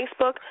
Facebook